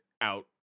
out